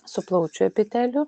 su plaučių epiteliu